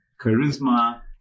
charisma